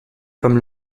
comme